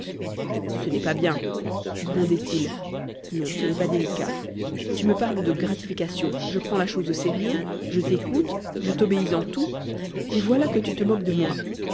ce n'est pas bien grondait il non ce n'est pas délicat tu me parles de gratification je prends la chose au sérieux je t'écoute je t'obéis en tout et voilà que tu te moques de moi